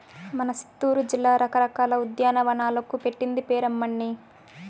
మన సిత్తూరు జిల్లా రకరకాల ఉద్యానవనాలకు పెట్టింది పేరమ్మన్నీ